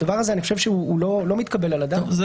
הדבר הזה לא מתקבל על הדעת.